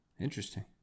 Interesting